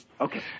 Okay